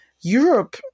Europe